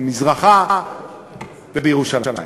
במזרחה ובירושלים.